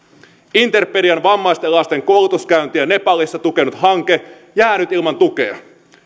interpedian vammaisten lasten koulunkäyntiä nepalissa tukenut hanke jää nyt ilman tukea